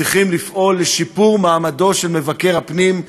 צריכים לפעול לשיפור מעמדו של מבקר הפנים,